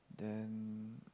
then